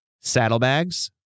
saddlebags